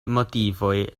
motivoj